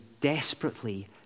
desperately